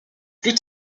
plus